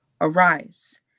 arise